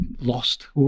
lost